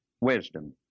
wisdom